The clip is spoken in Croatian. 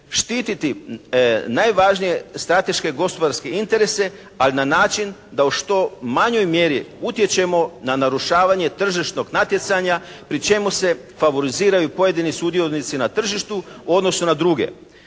štititi najvažnije strateške gospodarske interese, ali na način da u što manjoj mjeri utječemo na narušavanje tržišnog natjecanja pri čemu se favoriziraju pojedini sudionici na tržištu u odnosu na druge.